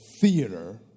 theater